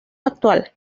actual